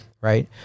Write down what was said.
right